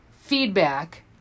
feedback